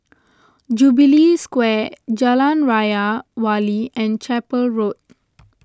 Jubilee Square Jalan Raja Wali and Chapel Road